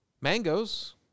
mangoes